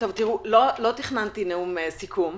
לא תכננתי נאום סיכום,